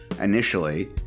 initially